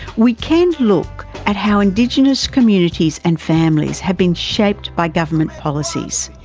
we can look at how indigenous communities and families have been shaped by government policies,